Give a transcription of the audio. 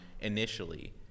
initially